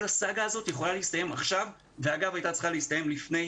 כל הסאגה הזאת יכולה להסתיים עכשיו והייתה יכולה להסתיים כבר לפני